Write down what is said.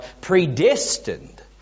predestined